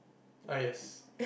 ah yes